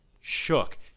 shook